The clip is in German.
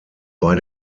bei